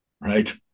Right